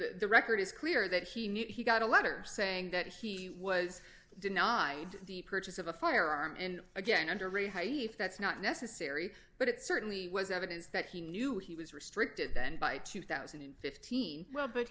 the record is clear that he knew he got a letter saying that he was denied the purchase of a firearm and again under a high if that's not necessary but it certainly was evidence that he knew he was restricted then by two thousand and fifteen well but